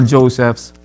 Joseph's